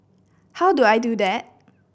how do I do that